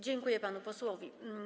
Dziękuję panu posłowi.